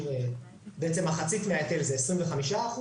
בעצם מחצית מההיטל זה 25%,